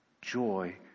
joy